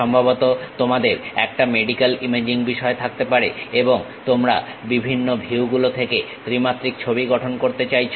সম্ভবত তোমাদের একটা মেডিক্যাল ইমেজিং বিষয় থাকতে পারে এবং তোমরা বিভিন্ন ভিউ গুলো থেকে ত্রিমাত্রিক ছবি গঠন করতে চাইছো